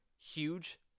Huge